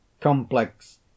complex